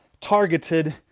Targeted